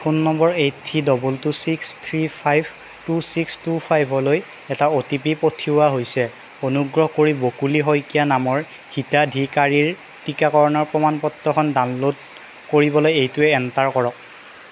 phone number eight three double two six three five two six two five লৈ এটা O T P পঠিওৱা হৈছে অনুগ্ৰহ কৰি বকুলি শইকীয়া নামৰ হিতাধিকাৰীৰ টিকাকৰণৰ প্ৰমাণ পত্ৰখন ডাউনল'ড কৰিবলৈ এইটো এণ্টাৰ কৰক